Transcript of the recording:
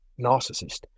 narcissist